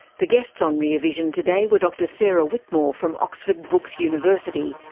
the guests on rear vision today were dr sarah whitmore from oxford brookes university,